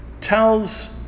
tells